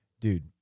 dude